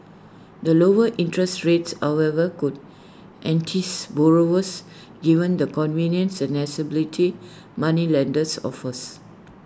the lower interests rates however could entice borrowers given the convenience and accessibility moneylenders offers